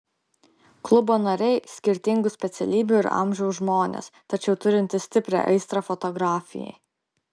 klubo nariai skirtingų specialybių ir amžiaus žmonės tačiau turintys stiprią aistrą fotografijai